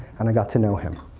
and i got to know him.